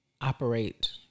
operate